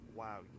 wow